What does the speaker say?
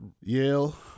Yale